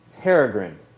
Peregrine